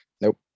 Nope